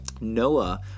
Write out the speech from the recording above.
Noah